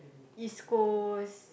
East-Coast